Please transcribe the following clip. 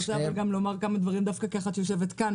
אני רוצה לומר כמה דברים דווקא כאחת שיושבת כאן